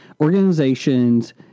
organizations